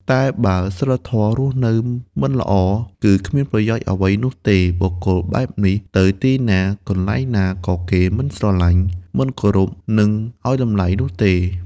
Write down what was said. តែបើ សីលធម៌រស់នៅមិនល្អ គឺគ្មានប្រយោជន៍អ្វីនោះទេ បុគ្គលបែបនេះទៅទីណា កន្លែងណា ក៏គេមិនស្រឡាញ់ មិនគោរព និងឱ្យតម្លៃនោះទេ។